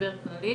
הסבר כללי,